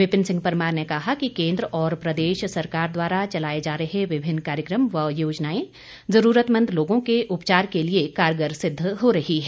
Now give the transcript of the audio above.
विपिन सिंह परमार ने कहा कि केन्द्र और प्रदेश सरकार द्वारा चलाए जा रहे विभिन्न कार्यक्रम व योजनाएं जरूरतमंद लोगों के उपचार के लिए कारगर सिद्व हो रही हैं